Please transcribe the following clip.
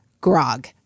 grog